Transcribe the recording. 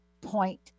point